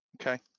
Okay